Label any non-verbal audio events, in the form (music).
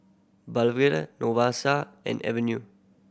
(unintelligible) and aveue